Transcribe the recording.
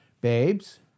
Babes